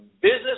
business